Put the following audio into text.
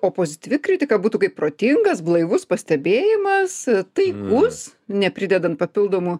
o pozityvi kritika būtų kaip protingas blaivus pastebėjimas taikus nepridedant papildomų